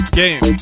game